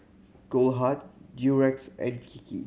Goldheart Durex and Kiki